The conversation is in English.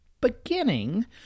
Beginning